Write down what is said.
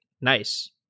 Nice